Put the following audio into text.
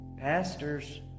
Pastors